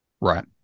Right